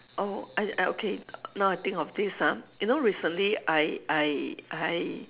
oh I I okay now I think of this ah you know recently I I I